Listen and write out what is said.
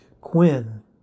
Quinn